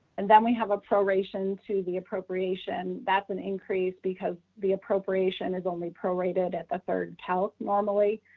and then we have a proration to the appropriation. that's an increase because the appropriation is only prorated at the third tout normally.